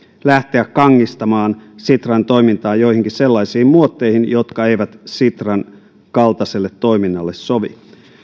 lähteä kangistamaan sitran toimintaa joihinkin sellaisiin muotteihin jotka eivät sitran kaltaiselle toiminnalle sovi